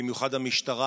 במיוחד המשטרה,